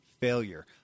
failure